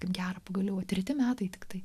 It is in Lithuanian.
gera pagaliau treti metai tiktai